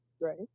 Right